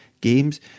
games